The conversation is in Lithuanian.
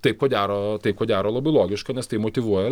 taip ko gero taip ko gero labai logiška nes tai motyvuoja